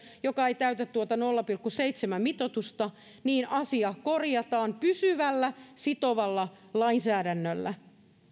joka ei täytä tuota nolla pilkku seitsemän mitoitusta niin asia korjataan pysyvällä sitovalla lainsäädännöllä